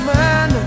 man